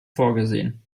vorgesehen